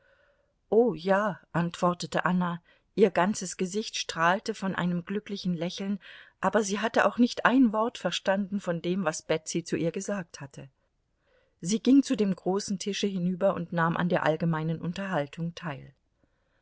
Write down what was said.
o ja antwortete anna ihr ganzes gesicht strahlte von einem glücklichen lächeln aber sie hatte auch nicht ein wort verstanden von dem was betsy zu ihr gesagt hatte sie ging zu dem großen tische hinüber und nahm an der allgemeinen unterhaltung teil